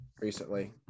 recently